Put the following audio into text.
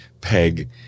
peg